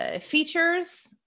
Features